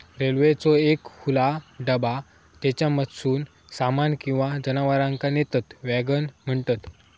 रेल्वेचो एक खुला डबा ज्येच्यामधसून सामान किंवा जनावरांका नेतत वॅगन म्हणतत